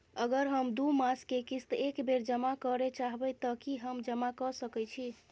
अगर हम दू मास के किस्त एक बेर जमा करे चाहबे तय की हम जमा कय सके छि?